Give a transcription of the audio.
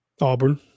Auburn